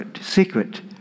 secret